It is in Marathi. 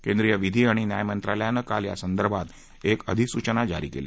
केंद्रीय विधी आणि न्याय मंत्रालयानं काल यासंदर्भात एक अधिसूचना जारी केली